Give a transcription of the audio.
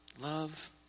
Love